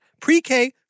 pre-K